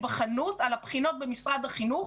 הבחינות במשרד החינוך